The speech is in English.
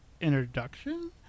introduction